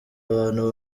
abantu